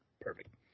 Perfect